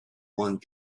one